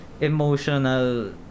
emotional